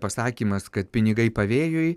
pasakymas kad pinigai pavėjui